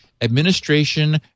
Administration